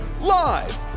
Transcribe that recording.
live